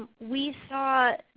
we saw,